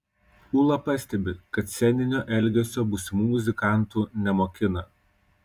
ūla pastebi kad sceninio elgesio būsimų muzikantų nemokina